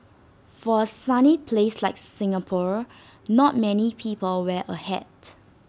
for A sunny place like Singapore not many people wear A hat